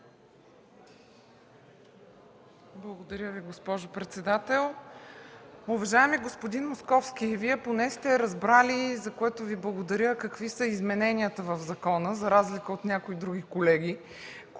Благодаря Ви, госпожо председател. Уважаеми господин Московски, Вие поне сте разбрали, за което Ви благодаря, какви са измененията в закона за разлика от някои други колеги,